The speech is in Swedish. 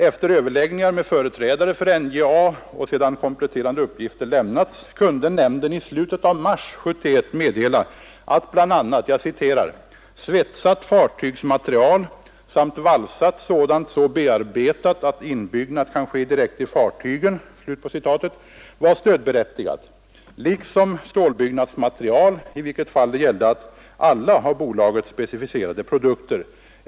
Efter överläggningar med företrädate för NJA och sedan kompletterande uppgifter lämnats, kunde nämnden i slutet av mars 1971 meddela, att bl.a. ”svetsat fartygsmaterial samt valsat sådant så bearbetat att inbyggnad kan ske direkt i fartygen” var stödberättigat liksom stålbyggnadsmaterial i vilket fall det gällde alla av bolaget specificerade produkter.